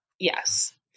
Yes